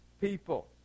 people